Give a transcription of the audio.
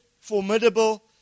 formidable